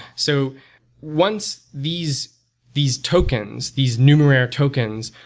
so once these these tokens, these numerair tokens,